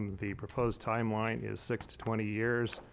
the proposed time line is six to twenty years.